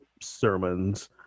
sermons